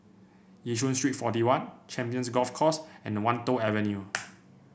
Yishun Street Forty one Champions Golf Course and Wan Tho Avenue